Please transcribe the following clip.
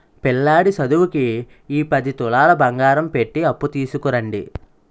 పిల్లాడి సదువుకి ఈ పది తులాలు బంగారం పెట్టి అప్పు తీసుకురండి